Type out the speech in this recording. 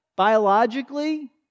Biologically